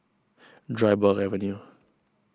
Dryburgh Avenue